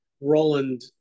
Roland